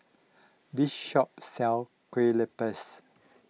this shop sells Kue Lupis